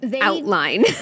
outline